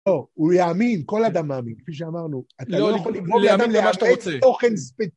לא, הוא יאמין, כל אדם מאמין, כפי שאמרנו. אתה לא יכול לאמין למה שאתה רוצה.